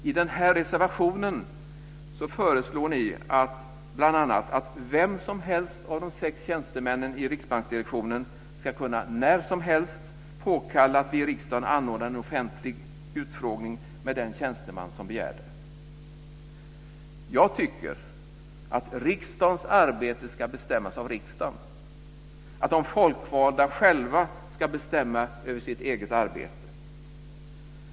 I reservationen föreslår ni bl.a. att vem som helst av de sex tjänstemännen i riksbanksdirektionen när som helst ska kunna påkalla att vi i riksdagen anordnar en offentlig utfrågning med den tjänsteman som begär det. Jag tycker att riksdagens arbete ska bestämmas av riksdagen, att de folkvalda själva ska bestämma över sitt eget arbete.